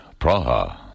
Praha